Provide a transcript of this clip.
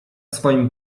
swoim